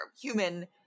human